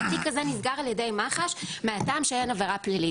והתיק הזה נסגר על ידי מח"ש מהטעם שאין עבירה פלילית.